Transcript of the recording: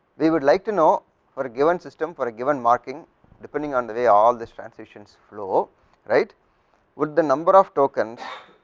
would like to knowfor but a given system, for a given marking depending on the way all these transitions flow right would the number of tokens